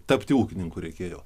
tapti ūkininku reikėjo